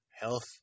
health